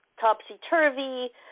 topsy-turvy